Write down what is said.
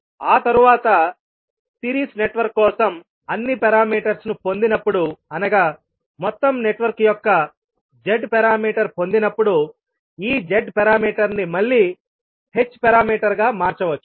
ఆ తరువాత series network కోసం అన్ని పారామీటర్స్ ను పొందినప్పుడు అనగా మొత్తం నెట్వర్క్ యొక్క z పారామీటర్ పొందినప్పుడు ఈ z పారామీటర్ ని మళ్లీ h పారామీటర్ గా మార్చవచ్చు